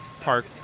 park